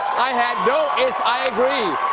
i had no yes, i agree.